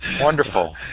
Wonderful